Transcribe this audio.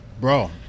bro